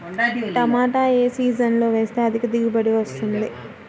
టమాటా ఏ సీజన్లో వేస్తే అధిక దిగుబడి వస్తుంది?